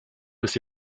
bis